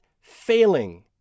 failing